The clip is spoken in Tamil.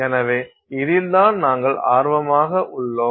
எனவே இதில்தான் நாங்கள் ஆர்வமாக உள்ளோம்